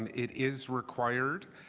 um it is required.